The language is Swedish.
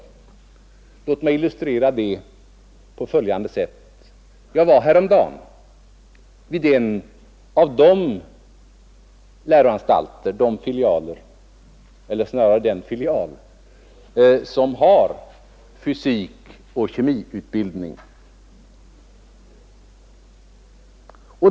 Låt mig illustrera det på följande sätt. Jag var häromdagen vid en filial som har fysikoch kemiutbildning.